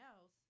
else